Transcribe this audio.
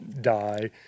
die